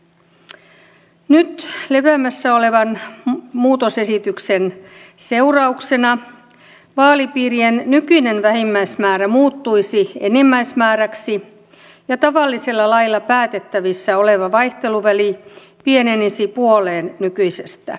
nyt lepäämässä olevan muutosesityksen seurauksena vaalipiirien nykyinen vähimmäismäärä muuttuisi enimmäismääräksi ja tavallisella lailla päätettävissä oleva vaihteluväli pienenisi puoleen nykyisestä